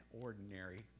ordinary